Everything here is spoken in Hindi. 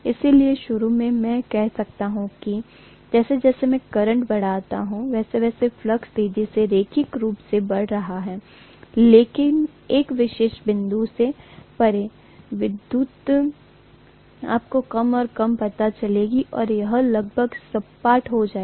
इसलिए शुरू में मैं कह सकता हूं कि जैसे जैसे मैं करंट बढ़ाता हूं वैसे वैसे फ्लक्स तेजी से रैखिक रूप से बढ़ रहा है लेकिन एक विशेष बिंदु से परे वृद्धि आपको कम और कम पता चलेगी और यह लगभग सपाट हो जाएगी